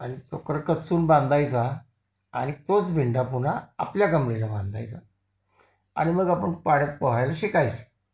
आणि तो करकचून बांधायचा आणि तोच बिंडा पुन्हा आपल्या कमरेला बांधायचा आणि मग आपण पाण्यात पोहायला शिकायचं